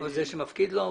או מזה שמפקיד אצלו?